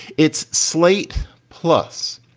its slate plus,